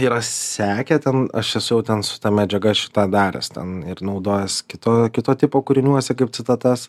yra sekė ten aš esu jau ten su ta medžiaga šitą daręs ten ir naudojęs kito kito tipo kūriniuose kaip citatas